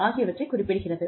ஆகியவற்றை குறிப்பிடுகிறது